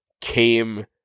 came